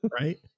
Right